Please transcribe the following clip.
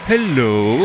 Hello